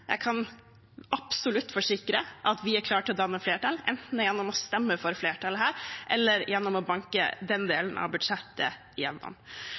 Jeg kan absolutt forsikre om at vi er klar til å danne flertall, enten gjennom å stemme for flertallet her eller gjennom å banke igjennom den delen av budsjettet.